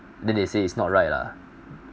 then they say it's not right lah